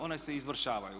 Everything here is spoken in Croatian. One se izvršavaju.